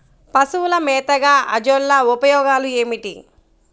పశువుల మేతగా అజొల్ల ఉపయోగాలు ఏమిటి?